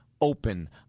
open